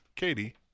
Katie